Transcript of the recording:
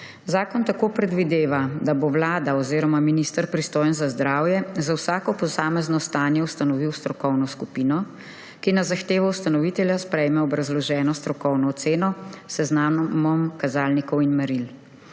Zakon tako predvideva, da bo Vlada oziroma minister, pristojen za zdravje, za vsako posamezno stanje ustanovil strokovno skupino, ki na zahtevo ustanovitelja sprejme obrazloženo strokovno oceno s seznamom kazalnikov in meril.